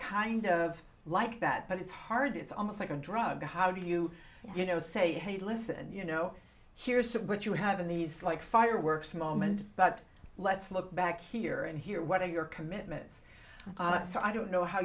kind of like that but it's hard it's almost like a drug how do you you know say hey listen you know here's what you have in these like fireworks moment but let's look back here and here what are your commitments so i don't know how